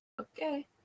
Okay